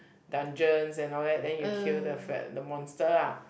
dungeons and all that then you kill the fat the monster lah